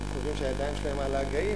והם חושבים שהידיים שלהם על ההגאים,